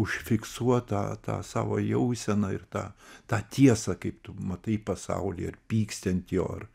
užfiksuot tą tą savo jauseną ir tą tą tiesą kaip tu matai pasaulį ar pyksti ant jo ar